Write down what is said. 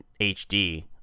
HD